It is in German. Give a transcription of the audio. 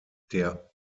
der